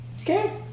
Okay